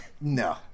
No